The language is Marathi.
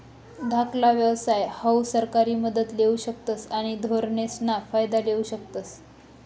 धाकला व्यवसाय हाऊ सरकारी मदत लेवू शकतस आणि धोरणेसना फायदा लेवू शकतस